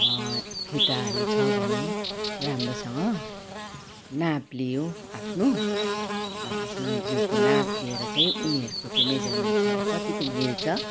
फिताहरू छ भने राम्रोसँग नाप लियो आफ्नो र आफ्नो जिउको नाप लिएर चाहिँ उनीहरूको त्यो मेजरमेन्टसँग कतिको मिल्छ